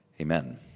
amen